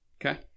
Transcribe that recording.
Okay